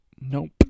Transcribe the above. Nope